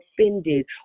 offended